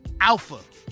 Alpha